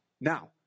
Now